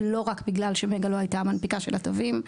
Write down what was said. ולא רק בגלל שמגה לא הייתה המנפיקה של התווים,